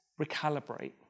Recalibrate